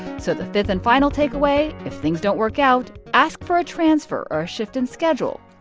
so the fifth and final take away if things don't work out, ask for a transfer or shift in schedule.